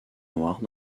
noires